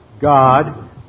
God